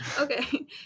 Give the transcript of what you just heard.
Okay